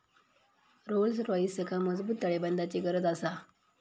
Rolls रॉइसका मजबूत ताळेबंदाची गरज आसा